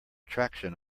traction